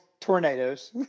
tornadoes